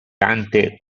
tante